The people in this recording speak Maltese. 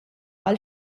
għal